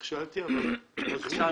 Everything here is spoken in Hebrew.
נכשלתי, ואסור לי